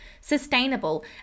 sustainable